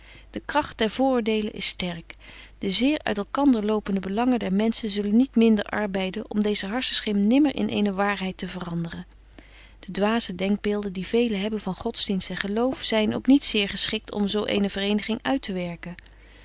de kragt der vooröordelen is sterk de zeer uit elkander lopende belangen der menschen zullen niet minder arbeiden om deeze harssenschim nimmer in eene waarheid te veranderen de dwaze denkbeelden die velen hebben van godsdienst en geloof zyn ook niet zeer geschikt om zo eene verëeniging uit